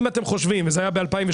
אם אתם חושבים וזה היה ב-2017,